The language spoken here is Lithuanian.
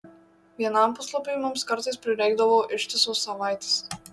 vienam puslapiui mums kartais prireikdavo ištisos savaitės